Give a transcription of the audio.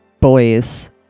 boys